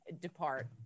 depart